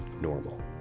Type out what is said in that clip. normal